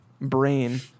brain